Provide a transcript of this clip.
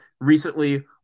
Recently